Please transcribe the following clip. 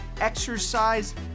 exercise